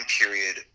period